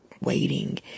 waiting